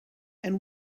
and